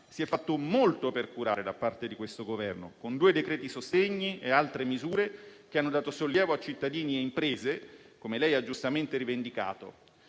si è fatto molto per curare da parte di questo Governo, con due decreti sostegni e altre misure che hanno dato sollievo a cittadini e imprese, come lei ha giustamente rivendicato.